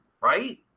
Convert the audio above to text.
Right